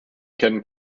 can